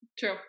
True